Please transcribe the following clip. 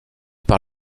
par